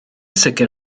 sicr